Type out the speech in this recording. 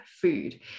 food